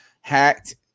hacked